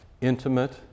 intimate